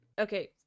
okay